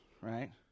right